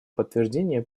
подтверждения